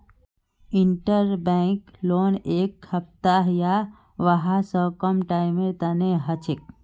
interbank loan एक हफ्ता या वहा स कम टाइमेर तने हछेक